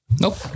Nope